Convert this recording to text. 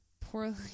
Poorly